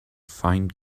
find